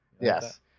Yes